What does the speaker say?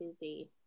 busy